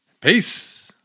peace